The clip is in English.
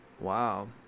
Wow